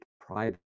private